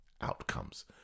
outcomes